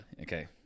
Okay